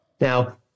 Now